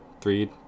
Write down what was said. three